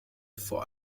vor